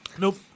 Nope